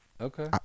Okay